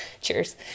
cheers